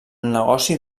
negoci